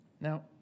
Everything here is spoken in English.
now